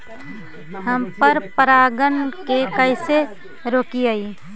हम पर परागण के कैसे रोकिअई?